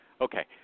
Okay